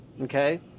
okay